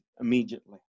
immediately